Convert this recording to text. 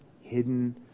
hidden